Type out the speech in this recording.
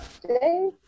today